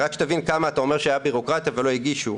אתה אומר שהייתה בירוקרטיה ולא הגישו.